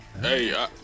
Hey